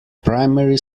primary